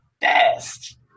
best